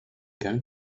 going